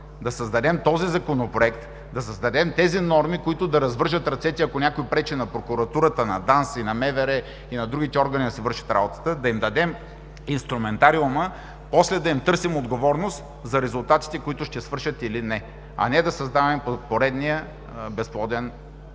да създадем този Законопроект, да създадем тези норми, които да развържат ръцете, ако някой пречи на прокуратурата, на ДАНС и на МВР и на другите органи да си вършат работата, да им дадем инструментариума, после да им търсим отговорност за резултатите, които ще свършат или не, а не да създаваме поредния безплоден, безрезултатен